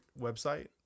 website